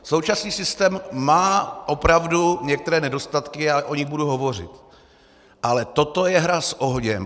Současný systém má opravdu některé nedostatky, já o nich budu hovořit, ale toto je hra s ohněm.